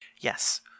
Yes